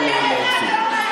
תוכל להתחיל.